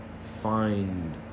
find